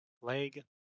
leg